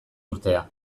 urtea